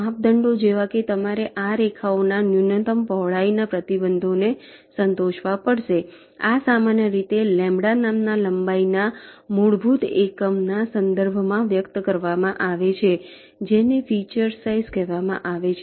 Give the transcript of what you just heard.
માપદંડો જેવાકે તમારે આ રેખાઓના ન્યૂનતમ પહોળાઈના પ્રતિબંધોને સંતોષવા પડશે આ સામાન્ય રીતે λ નામના લંબાઈના મૂળભૂત એકમના સંદર્ભમાં વ્યક્ત કરવામાં આવે છે જેને ફીચર સાઇઝ કહેવામાં આવે છે